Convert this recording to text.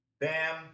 Bam